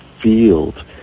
field